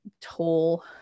toll